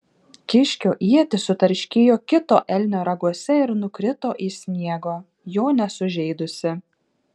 kiškio ietis sutarškėjo kito elnio raguose ir nukrito į sniegą jo nesužeidusi